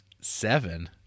seven